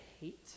hate